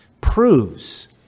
proves